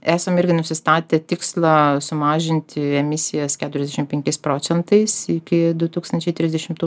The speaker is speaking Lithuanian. esam irgi nusistatę tikslą sumažinti emisijas keturiasdešim penkiais procentais iki du tūkstančiai trisdešimtų